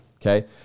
okay